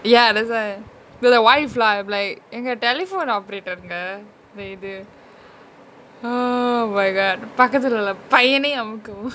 ya that's why that the wife lah I'm like எங்க:enga telephone operator ங்க இந்த இது:nga intha ithu oh my god பக்கதுல உள்ள பையனை அமுக்கவும்:pakkathula ulla paiyanai amukavum